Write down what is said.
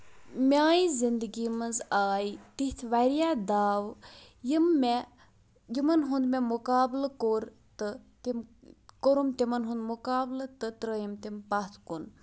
مےٚ آیہِ زندگی منٛز آیی تِتھ واریاہ داوو یِم مےٚ یِمن ہُند مےٚ مُقابلہٕ کوٚر تہٕ تہِ کوٚرُم تِمن ہُند مُقابلہٕ تہٕ ترٲوِم تِم پَتھ کُن